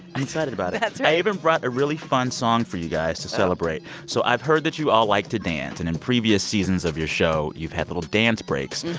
i'm excited about it that's right i even brought a really fun song for you guys to celebrate. so i've heard that you all like to dance. and in previous seasons of your show, you've had little dance breaks.